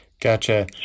Gotcha